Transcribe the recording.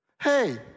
Hey